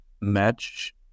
match